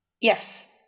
Yes